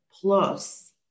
plus